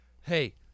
hey